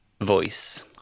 Voice